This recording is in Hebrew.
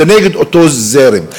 זה נגד אותו זרם.